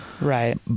Right